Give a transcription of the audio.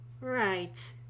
right